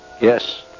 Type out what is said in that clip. yes